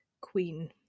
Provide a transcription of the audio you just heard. queen